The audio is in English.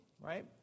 right